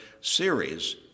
series